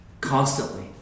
constantly